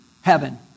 heaven